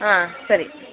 ಹಾಂ ಸರಿ